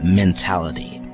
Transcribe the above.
mentality